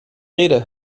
rede